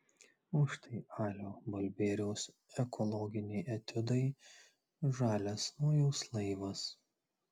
o štai alio balbieriaus ekologiniai etiudai žalias nojaus laivas